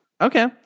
Okay